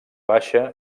baixa